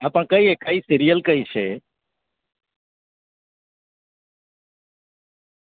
હા પણ કઈ એ કઈ સિરિયલ કઈ છે